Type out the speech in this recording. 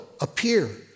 appear